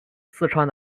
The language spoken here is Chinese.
四川